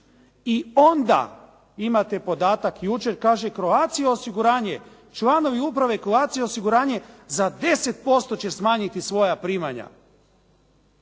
I onda imate podatak jučer, kaže Croatia osiguranje. Članovi Uprave Croatia osiguranje za 10% će smanjiti svoja primanja.